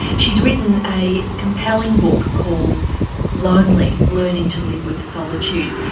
she's written a compelling book called lonely learning to live with solitude.